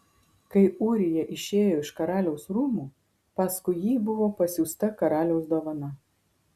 kai ūrija išėjo iš karaliaus rūmų paskui jį buvo pasiųsta karaliaus dovana